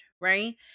Right